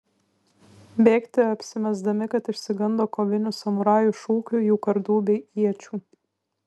bėgti apsimesdami kad išsigando kovinių samurajų šūkių jų kardų bei iečių